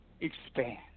expand